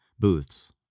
booths